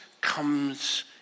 comes